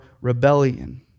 rebellion